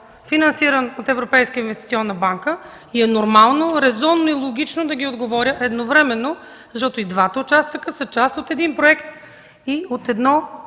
финансиран от Европейската инвестиционна банка и е нормално, резонно и логично да отговоря едновременно, защото и двата участъка са част от един проект и от едно